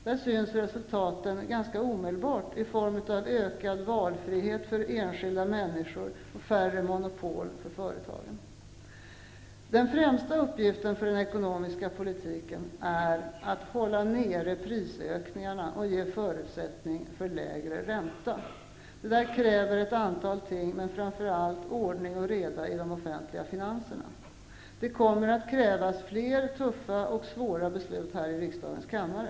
Där syns resultaten ganska omedelbart i form av ökad valfrihet för enskilda människor och färre monopol för företagen. Den främsta uppgiften för den ekonomiska politiken är att hålla nere prisökningarna och ge förutsättning för lägre ränta. Det kräver ett antal ting, framför allt ordning och reda i de offentliga finanserna. Det kommer att krävas fler tuffa och svåra beslut här i riksdagens kammare.